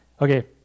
Okay